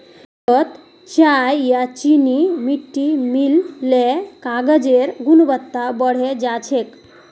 गूदेत चॉक या चीनी मिट्टी मिल ल कागजेर गुणवत्ता बढ़े जा छेक